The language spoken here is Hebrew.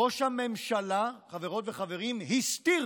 ראש הממשלה, חברות וחברים, הסתיר